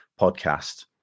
podcast